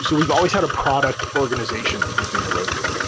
so we've always had a product organization within heroku,